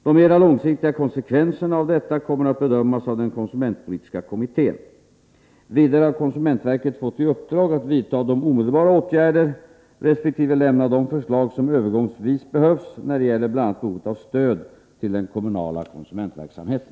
De mera långsiktiga konsekvenserna av detta kommer att bedömas av den konsumentpolitiska kommittén . Vidare har konsumentverket fått i uppdrag att vidta de omedelbara åtgärder resp. lämna de förslag som övergångsvis behövs när det gäller bl.a. stöd till den kommunala konsumentverksamheten.